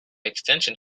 extension